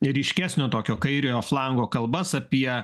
ryškesnio tokio kairiojo flango kalbas apie